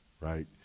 right